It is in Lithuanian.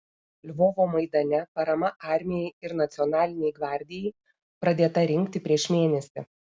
lvovo maidane parama armijai ir nacionalinei gvardijai pradėta rinkti prieš mėnesį